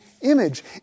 image